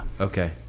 Okay